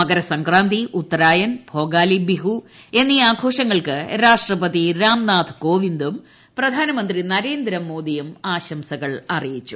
മകരസംക്രാന്തി ഉത്തരായൻ ഭൊഗാലി ബിഹു എന്നി ആഘോഷങ്ങൾക്ക് രാഷ്ട്രപതി രാംനാഥ് കോവിന്ദും പ്രധാനമന്ത്രി നരേന്ദ്രമോദിയും ആശംസകളറിയിച്ചു